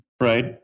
Right